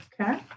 okay